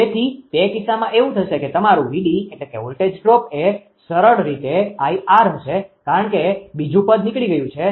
તેથી તે કિસ્સામાં એવું થશે કે તમારું VDવોલ્ટેજ ડ્રોપ એ સરળ રીતે 𝐼𝑅 હશે કારણ કે બીજુ પદ નીકળી ગયું છે